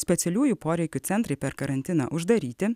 specialiųjų poreikių centrai per karantiną uždaryti